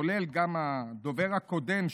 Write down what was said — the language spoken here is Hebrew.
כולל הדובר הקודם,